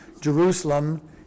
Jerusalem